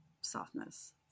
softness